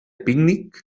pícnic